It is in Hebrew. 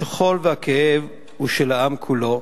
השכול והכאב הם של העם כולו,